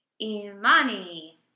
imani